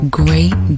great